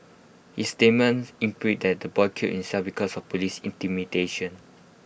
his statements imply that the boy killed himself because of Police intimidation